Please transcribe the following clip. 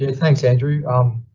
yeah thanks andrew. um,